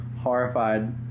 horrified